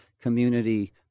community